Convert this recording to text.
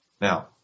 Now